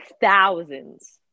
thousands